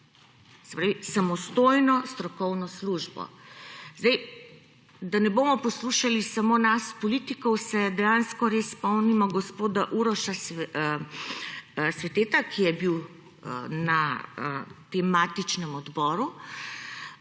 Se pravi, samostojno strokovno službo. Da ne bomo poslušali samo nas, politikov, se dejansko res spomnimo gospoda Uroša Sveteta, ki je bil na tem matičnem odboru